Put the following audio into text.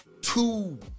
two